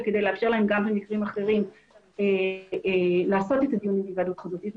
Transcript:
כדי לאפשר להם גם במקרים אחרים לעשות את ההיוועדות החזותית.